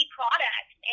product